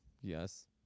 Yes